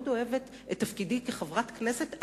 מאוד אוהבת את תפקידי כחברת הכנסת,